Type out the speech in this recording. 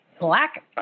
black